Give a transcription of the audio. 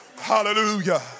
hallelujah